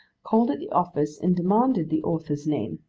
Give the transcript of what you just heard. called at the office and demanded the author's name